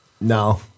No